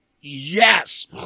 Yes